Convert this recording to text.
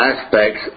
aspects